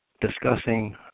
discussing